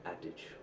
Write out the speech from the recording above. adage